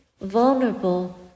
vulnerable